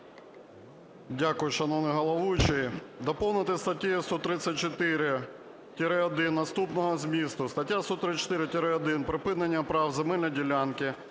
Дякую, шановний головуючий. Доповнити статтею 134-1 наступного змісту: "Стаття 134-1. Припинення прав на земельні ділянки